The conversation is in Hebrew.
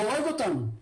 הורג אותנו.